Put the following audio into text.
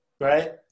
right